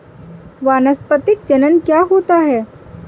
वानस्पतिक जनन क्या होता है?